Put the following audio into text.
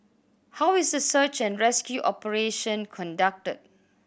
how is the search and rescue operation conducted